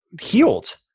healed